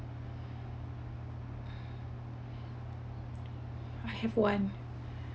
I have one